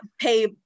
pay